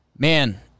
Man